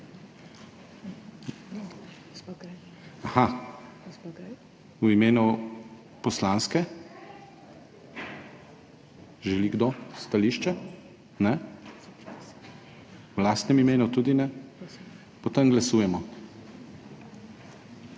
V imenu poslanske? Želi kdo stališče? Ne. V lastnem imenu tudi ne. Glasujemo.